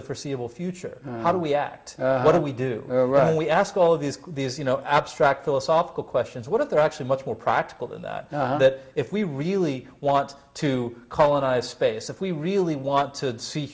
the forseeable future how do we act what do we do we ask all of these these you know abstract philosophical questions what if they're actually much more practical than that that if we really want to colonize space if we really want to see